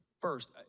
first